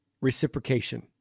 reciprocation